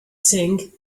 thing